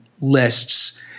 lists